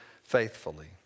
faithfully